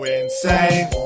insane